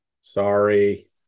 Sorry